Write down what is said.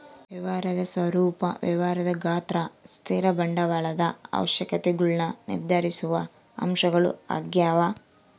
ವ್ಯವಹಾರದ ಸ್ವರೂಪ ವ್ಯಾಪಾರದ ಗಾತ್ರ ಸ್ಥಿರ ಬಂಡವಾಳದ ಅವಶ್ಯಕತೆಗುಳ್ನ ನಿರ್ಧರಿಸುವ ಅಂಶಗಳು ಆಗ್ಯವ